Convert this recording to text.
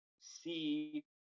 see